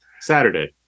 Saturday